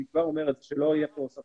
אני כבר אומר את זה כדי שלא יהיה כל ספק.